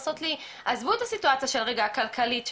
עזבו את הסיטואציה הכלכלית,